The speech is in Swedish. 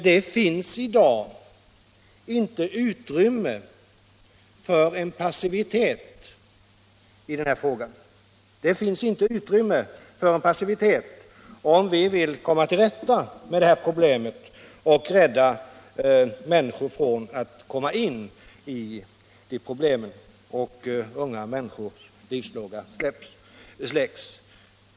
Det finns i dag inte utrymme för en passivitet i den här frågan — inte om vi vill komma till rätta med detta problem och rädda människor från att råka in i ett missbruk som kan göra att unga människors livslåga släcks.